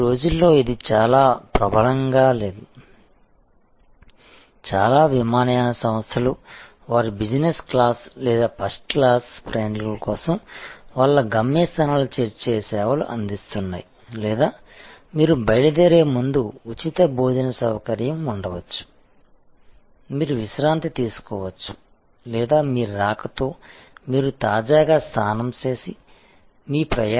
ఈ రోజుల్లో ఇది చాలా ప్రబలంగా లేదు చాలా విమానయాన సంస్థలు వారి బిజినెస్ క్లాస్ లేదా ఫస్ట్ క్లాస్ ప్రయాణికుల కోసం వాళ్ల గమ్యస్థానాలు చేర్చే సేవలు అందిస్తున్నాయి లేదా మీరు బయలుదేరే ముందు ఉచిత భోజన సౌకర్యం ఉండవచ్చు మీరు విశ్రాంతి తీసుకోవచ్చు లేదా మీ రాకతో మీరు తాజాగా స్నానం చేసి మీ ప్రయాణానికి నేరుగా వెళ్ళవచ్చు అందువల్ల ఇవి మంచి పని